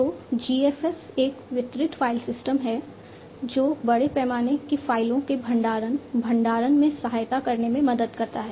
तो GFS एक वितरित फाइल सिस्टम है जो बड़े पैमाने की फाइलों के भंडारण भंडारण में सहायता करने में मदद करता है